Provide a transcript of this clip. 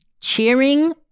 Cheering